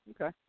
Okay